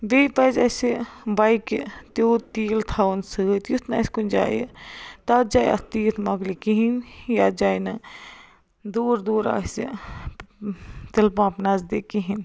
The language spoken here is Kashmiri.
بیٚیہِ پَزِ اَسہِ بایکہِ تیوٗت تیٖل تھاوُن سۭتۍ یُتھ نہٕ آسہِ کُنہِ جاے تَتھ جایہ اَتھ تیٖل مۄکلہِ کِہیٖنۍ یَتھ جایہِ نہٕ دوٗر دوٗر آسہِ تِلہٕ پمپ نزدیٖک کِہیٖنۍ